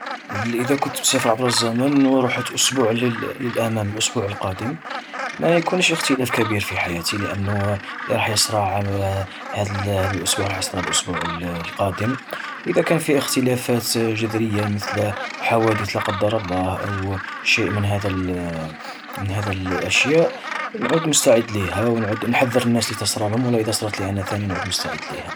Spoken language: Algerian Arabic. إذا كنت مسافر عبر الزمن، ورحت أسبوع لل-للأمام الأسبوع القادم، ما يكونش اختلاف كبير في حياتي، لأنو راح يسرا هذا الأسبوع راح يسرا الأسبوع القادم. وإذا كان فيه اختلافات جذرية، مثل حوادث لا قدر الله، و شيء من هذا من هذا الأشياء، نعود مستعد ليها ونعود نحذر الناس اللي تصرالهم ولا إذا صراتلي أنا ثاني نعود مستعد ليها.